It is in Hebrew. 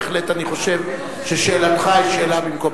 בהחלט אני חושב ששאלתך היא שאלה במקומה.